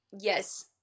yes